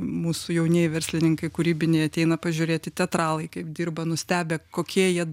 mūsų jaunieji verslininkai kūrybiniai ateina pažiūrėti teatralai kaip dirba nustebę kokie jie